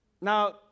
Now